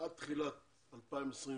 אפריל 2021